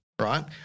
right